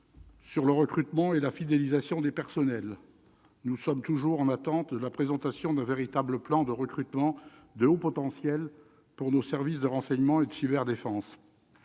le recrutement et la fidélisation des personnels, nous sommes toujours en attente de la présentation d'un véritable plan de recrutement de hauts potentiels pour nos services de renseignement et de cyberdéfense.